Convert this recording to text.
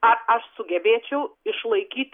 ar aš sugebėčiau išlaikyt